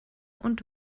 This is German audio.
und